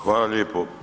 Hvala lijepo.